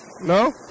No